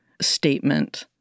statement